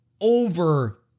over